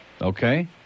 Okay